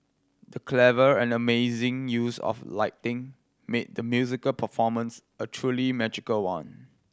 the clever and amazing use of lighting made the musical performance a truly magical one